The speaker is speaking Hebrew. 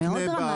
זה מאוד דרמטי,